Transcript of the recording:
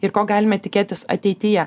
ir ko galime tikėtis ateityje